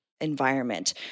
environment